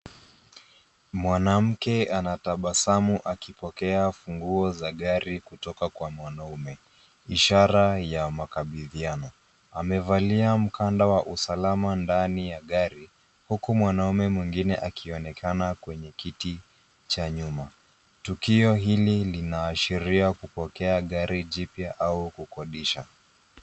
Mwanamke anatabasamu akipokea funguo za gari kutoka kwa mwanaume, ishara ya makabidhiano. Amevalia mkanda wa usalama ndani ya gari, huku mwanaume mwingine akionekana kwenye kiti cha nyuma. Tukio hili linaashiria kupokea gari jipya au kukodisha.